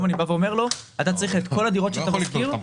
אני אומר לו שאתה צריך את כל הדירות שאתה משכיר,